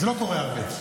וזה לא קורה הרבה.